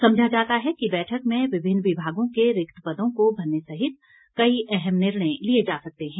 समझा जाता है कि बैठक में विभिन्न विभागों के रिक्त पदों को भरने सहित कई अहम निर्णय लिये जा सकते हैं